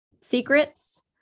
secrets